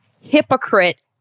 hypocrite